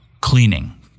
cleaning